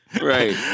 Right